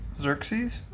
Xerxes